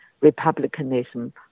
republicanism